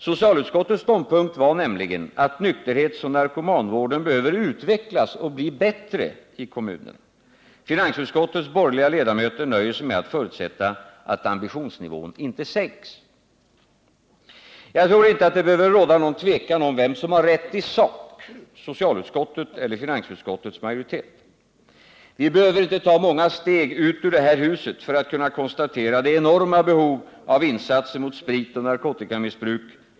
Socialutskottets ståndpunkt var nämligen att nykterhetsoch narkomanvården behöver utvecklas och bli bättre i kommunerna. Finansutskottets borgerliga ledamöter nöjer sig med att förutsätta att ambitionsnivån inte sänks. Jag tror inte att det behöver råda någon tvekan om vem som har rätt i sak, socialutskottet eller finansutskottets majoritet. Vi behöver inte ta många steg ut ur det här huset för att kunna konstatera det enorma behovet av insatser mot spritoch narkotikamissbruk.